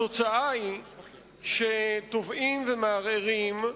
התוצאה היא שתובעים ומערערים,